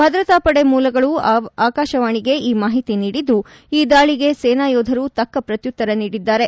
ಭದ್ರತಾಪಡೆ ಮೂಲಗಳು ಆಕಾಶವಾಣಿಗೆ ಈ ಮಾಹಿತಿ ನೀಡಿದ್ದು ಈ ದಾಳಿಗೆ ಸೇನಾ ಯೋಧರು ತಕ್ಕ ಪ್ರತ್ಯುತ್ತರ ನೀಡಿದ್ದಾರೆ